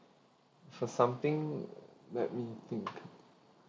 for something let me think